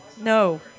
No